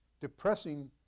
depressing